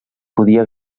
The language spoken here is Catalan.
podia